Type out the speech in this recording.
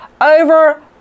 over